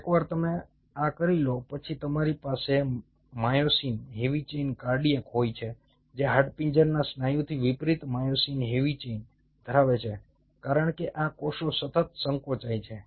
એકવાર તમે આ કરી લો પછી તમારી પાસે માયોસિન હેવી ચેઇન કાર્ડિયાક હોય છે જે હાડપિંજરના સ્નાયુથી વિપરીત માયોસિન હેવી ચેઇન ધરાવે છે કારણ કે આ કોષો સતત સંકોચાય છે